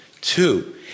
Two